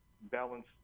balance